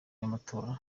y’amatora